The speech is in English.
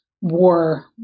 war